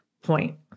point